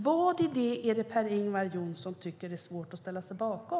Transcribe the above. Vad i detta är det Per-Ingvar Johnsson tycker är svårt att ställa sig bakom?